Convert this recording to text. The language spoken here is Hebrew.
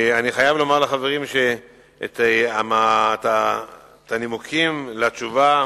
אני חייב לומר לחברים שעל הנימוקים לתשובה